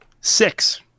six